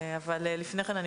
אבל לפני כן,